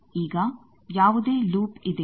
ಈಗ ಯಾವುದೇ ಲೂಪ್ ಇದೆಯೇ